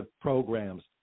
programs